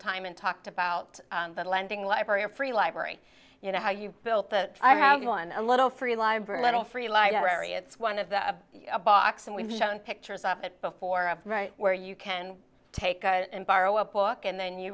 time and talked about the lending library or free library you know how you built the i have one a little free library little free library it's one of the a box and we've shown pictures of it before of right where you can take it and borrow a book and and you